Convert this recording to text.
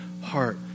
heart